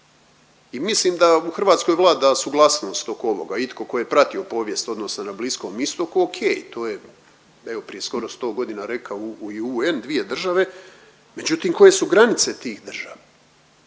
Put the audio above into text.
i mislim da u Hrvatskoj vlada suglasnost oko ovoga. Itko tko je pratio povijest odnosa na Bliskom Istoku ok to je evo prije 100 godina rekao i UN dvije države, međutim koje su granice tih država